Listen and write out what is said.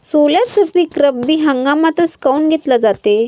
सोल्याचं पीक रब्बी हंगामातच काऊन घेतलं जाते?